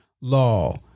Law